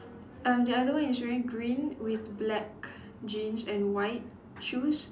um the other one is wearing green with black jeans and white shoes